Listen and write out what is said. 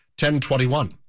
1021